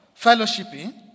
fellowshipping